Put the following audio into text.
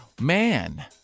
Man